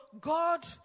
God